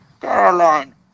Caroline